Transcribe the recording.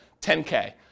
10K